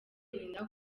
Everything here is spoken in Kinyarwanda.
inda